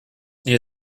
near